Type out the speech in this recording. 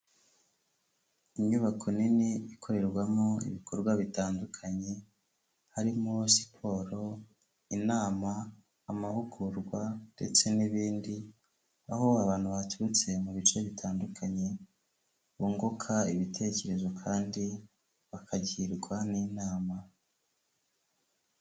Inyubako nini ikorerwamo ibikorwa bitandukanye, harimo siporo, inama, amahugurwa ndetse n'ibindi, aho abantu baturutse mu bice bitandukanye, bunguka ibitekerezo kandi bakagirwa n'inama.